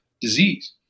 disease